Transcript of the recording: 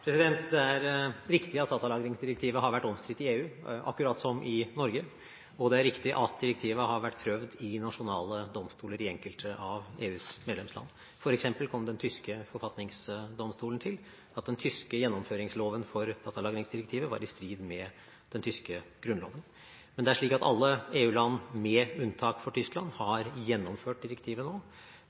Det er riktig at datalagringsdirektivet har vært omstridt i EU, akkurat som i Norge, og det er riktig at direktivet har vært prøvd i nasjonale domstoler i enkelte av EUs medlemsland. For eksempel kom den tyske forfatningsdomstolen til at den tyske gjennomføringsloven for datalagringsdirektivet var i strid med den tyske grunnloven. Men det er slik at alle EU-land, med unntak for Tyskland, har gjennomført direktivet nå,